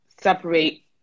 separate